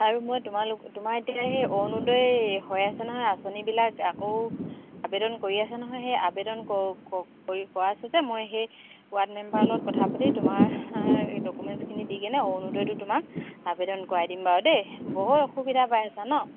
আৰু মই তোমালোক তোমাৰ এতিয়া সেই অৰুণোদয় হৈ আছে নহয় আঁচনিবিলাক আকৌ আবেদন কৰি আছে নহয় সেই আবেদন কৰি কৰাইছে যে মই সেই ৱাৰ্ড মেম্বাৰ লগত কথা পাতি তোমাৰ ডকুমেণ্টছখিনি দি কিনে অ অৰুণোদয়টো তোমাক আবেদন কৰাই দিম বাৰু দেই বৰ অসুবিধা পাই আছা ন